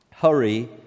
Hurry